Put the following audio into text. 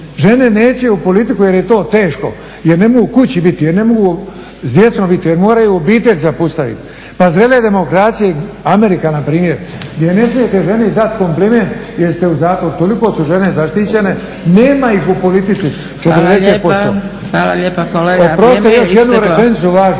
Hvala lijepa kolega,